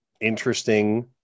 interesting